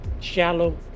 shallow